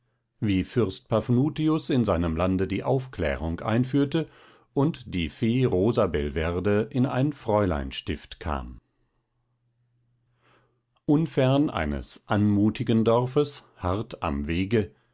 wie fürst paphnutius in seinem lande die aufklärung einführte und die fee rosabelverde in ein fräuleinstift kam unfern eines anmutigen dorfes hart am wege